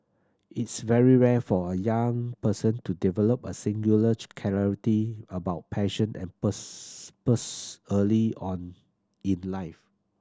it's very rare for a young person to develop a singular clarity about passion and early on in life